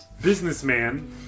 businessman